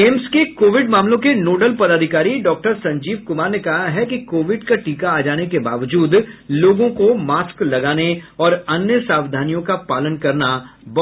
AIIMS के COVID मामलों के नोडल पदाधिकारी डॉक्टर संजीव कुमार ने कहा है कि कोविड का टीका आ जाने के बावजूद लोगों को मास्क लगाने और अन्य सावधनियों का पालन करना